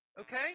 Okay